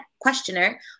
questioner